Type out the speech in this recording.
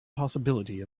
possibility